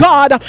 God